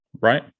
right